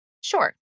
Sure